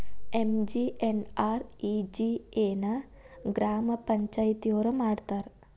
MGNREGA ನ ಗ್ರಾಮ ಪಂಚಾಯತಿಯೊರ ಮಾಡ್ತಾರಾ?